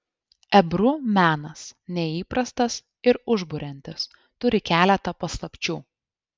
ebru menas neįprastas ir užburiantis turi keletą paslapčių